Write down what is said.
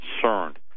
concerned